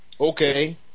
Okay